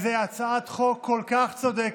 זו הצעת חוק כל כך צודקת,